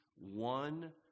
one